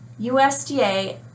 USDA